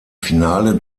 finale